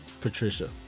Patricia